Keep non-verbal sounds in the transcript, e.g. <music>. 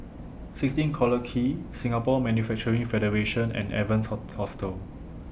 sixteen Collyer Quay Singapore Manufacturing Federation and Evans <unintelligible> Hostel